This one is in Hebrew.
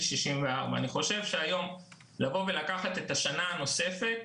64. אני חושב שהיום לקחת את השנה הנוספת,